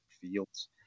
fields